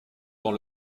dans